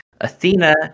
Athena